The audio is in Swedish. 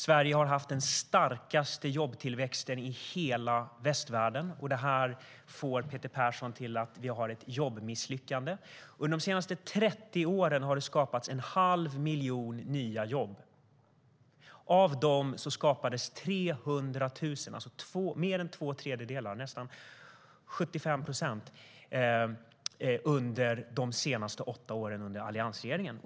Sverige har haft den starkaste jobbtillväxten i hela västvärlden. Det får Peter Persson till att vi har ett jobbmisslyckande. Under de senaste 30 åren har det skapats en halv miljon nya jobb. Av dem skapades 300 000, mer än två tredjedelar, nästan 75 procent, under de senaste åtta åren under alliansregeringen.